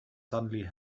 suddenly